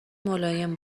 ملایم